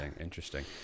Interesting